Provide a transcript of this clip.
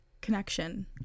connection